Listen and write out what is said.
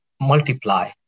multiply